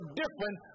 different